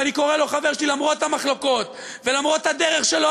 ואני קורא לו חבר שלי למרות המחלוקות ולמרות הדרך שלו,